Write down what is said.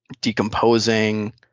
decomposing